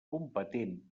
competent